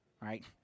right